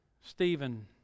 stephen